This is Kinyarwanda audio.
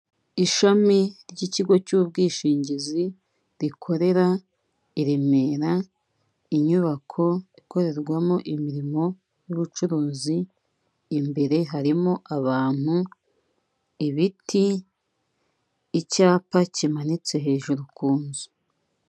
Ishami ry'ikigo cy'ubwishingizi rikorera i Remera inyubako ikorerwamo imirimo y'ubucuruzi imbere harimo abantu, ibiti, icyapa kimanitse hejuru ku nzu.